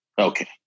okay